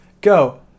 Go